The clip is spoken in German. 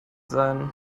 sein